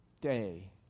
day